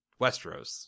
Westeros